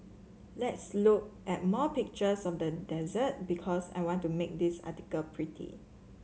let's look at more pictures of the dessert because I want to make this article pretty